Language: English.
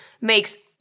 Makes